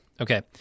Okay